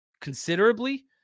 considerably